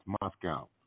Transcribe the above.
Moscow